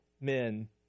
men